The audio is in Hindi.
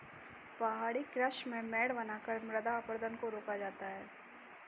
पहाड़ी कृषि में मेड़ बनाकर मृदा अपरदन को रोका जाता है